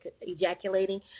ejaculating